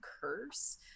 curse